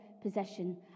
possession